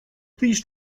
please